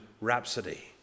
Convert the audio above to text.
rhapsody